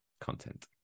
content